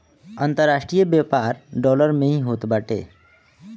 अन्तरराष्ट्रीय व्यापार डॉलर में ही होत बाटे